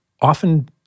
often